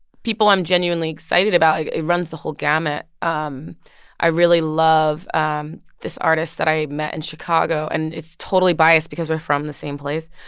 people i'm genuinely excited about like, it runs the whole gamut. um i really love um this artist that i met in chicago, and it's totally biased because we're from the same place.